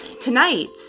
Tonight